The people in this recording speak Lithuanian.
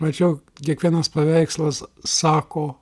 mačiau kiekvienas paveikslas sako